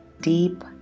deep